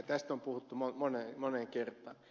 tästä on puhuttu moneen kertaan